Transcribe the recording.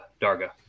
Darga